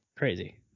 Crazy